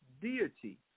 deity